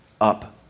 up